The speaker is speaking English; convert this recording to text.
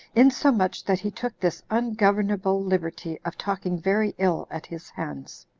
insomuch that he took this ungovernable liberty of talking very ill at his hands.